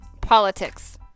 politics